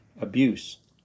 abuse